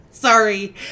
Sorry